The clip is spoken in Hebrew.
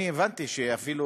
אני הבנתי שאפילו,